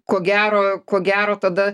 ko gero ko gero tada